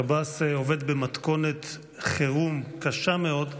שב"ס עובד במתכונת חירום קשה מאוד,